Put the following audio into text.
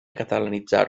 catalanitzar